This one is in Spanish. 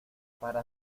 para